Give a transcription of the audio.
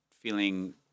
feeling